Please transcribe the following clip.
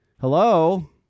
Hello